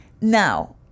Now